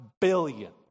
billion